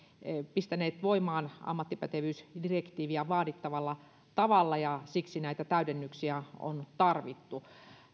pistäneet ammattipätevyysdirektiiviä voimaan vaadittavalla tavalla ja siksi näitä täydennyksiä on tarvittu